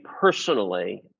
personally